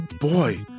Boy